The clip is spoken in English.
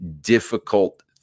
difficult